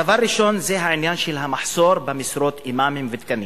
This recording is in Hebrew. דבר ראשון זה העניין של המחסור במשרות אימאמים ותקנים.